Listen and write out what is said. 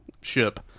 ship